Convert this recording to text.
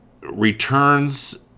returns